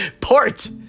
Port